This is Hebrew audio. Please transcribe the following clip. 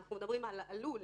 אנחנו מדברים על "עלול".